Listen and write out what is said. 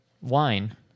wine